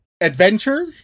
Adventure